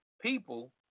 people